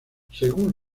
según